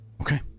Okay